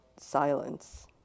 silence